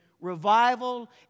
revival